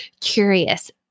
curious